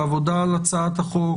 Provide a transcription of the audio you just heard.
בעבודה על הצעת החוק,